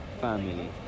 family